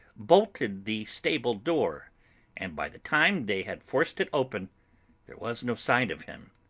bolted the stable door and by the time they had forced it open there was no sign of him.